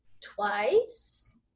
twice